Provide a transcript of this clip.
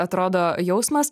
atrodo jausmas